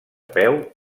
peu